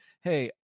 hey